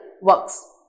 works